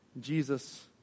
Jesus